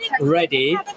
ready